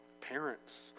parents